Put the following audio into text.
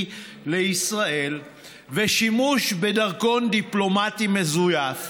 לישראל ושימוש בדרכון דיפלומטי מזויף,